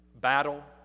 battle